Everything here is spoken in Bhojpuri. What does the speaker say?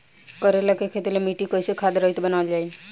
करेला के खेती ला मिट्टी कइसे खाद्य रहित बनावल जाई?